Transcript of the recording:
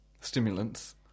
stimulants